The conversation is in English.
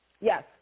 yes